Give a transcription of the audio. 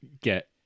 get